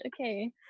okay